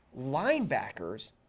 linebackers